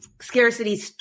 scarcity